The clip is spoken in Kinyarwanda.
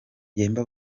yemba